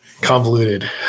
convoluted